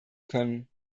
können